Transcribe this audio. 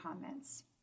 comments